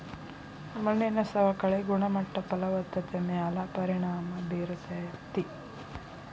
ಮಣ್ಣಿನ ಸವಕಳಿ ಗುಣಮಟ್ಟ ಫಲವತ್ತತೆ ಮ್ಯಾಲ ಪರಿಣಾಮಾ ಬೇರತತಿ